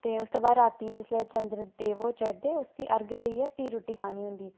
ते उसदे बाद रातीं जिसलै चन्न देव होर चढ़दे उसगी अर्घ देइयै फिर रूट्टी खानी होंदी